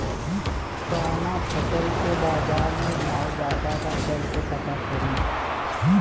कवना फसल के बाजार में भाव ज्यादा बा कैसे पता करि?